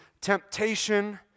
temptation